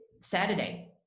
Saturday